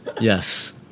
Yes